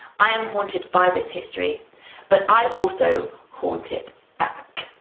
i am haunted by this history but i also haunt it back.